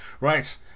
right